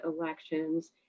elections